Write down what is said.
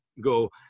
go